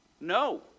No